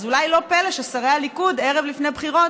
אז אולי לא פלא ששרי הליכוד, ערב לפני בחירות